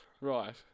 Right